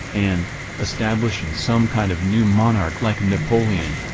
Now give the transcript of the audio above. and establishing some kind of new monarch like napoleon.